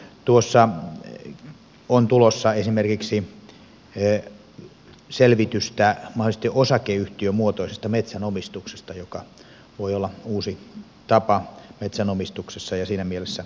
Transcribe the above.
tuossa on tulossa esimerkiksi selvitystä mahdollisesti osakeyhtiömuotoisesta metsänomistuksesta joka voi olla uusi tapa metsänomistuksessa ja siinä mielessä mielenkiintoinen näkökulma